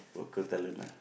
local talent ah